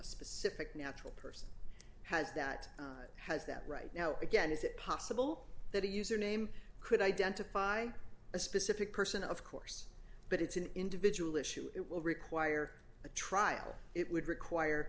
specific natural person has that has that right now again is it possible that a user name could identify a specific person of course but it's an individual issue it will require a trial it would require